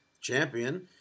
Champion